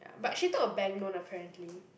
ya but she took a bank loan apparently